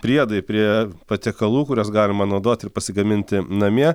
priedai prie patiekalų kuriuos galima naudoti ir pasigaminti namie